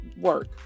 work